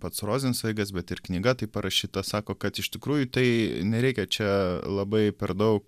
pats rozencveigas bet ir knyga taip parašyta sako kad iš tikrųjų tai nereikia čia labai per daug